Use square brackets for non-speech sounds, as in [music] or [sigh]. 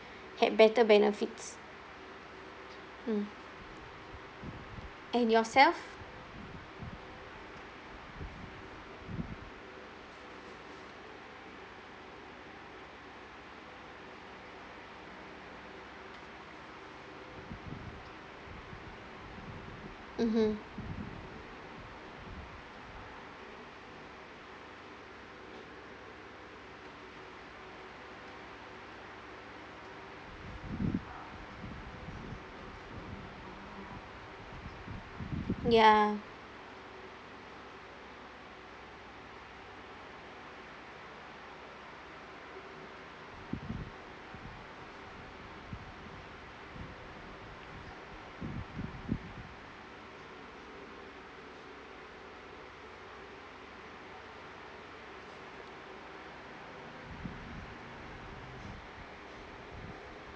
[breath] had better benefits mm and yourself mmhmm ya